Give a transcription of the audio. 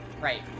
Right